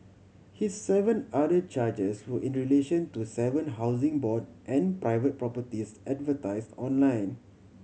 his seven other charges were in relation to seven Housing Board and private properties advertise online